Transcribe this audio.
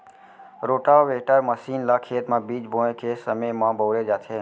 rotavator machine ल खेत म बीज बोए के समे म बउरे जाथे